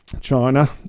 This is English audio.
China